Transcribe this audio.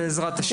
בעזרת השם.